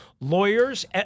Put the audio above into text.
lawyers